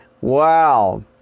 Wow